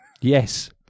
Yes